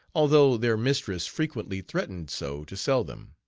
although their mistress frequently threatened so to sell them.